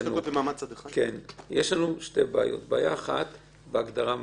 גם אם עברה תקופת ההתיישנות החלה".